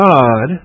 God